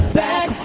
back